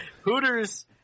hooters